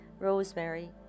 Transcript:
Rosemary